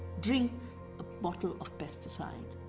drink a bottle of pesticide,